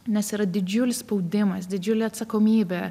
nes yra didžiulis spaudimas didžiulė atsakomybė